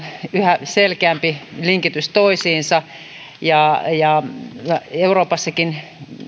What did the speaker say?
yhä selkeämpi linkitys toisiinsa euroopassakin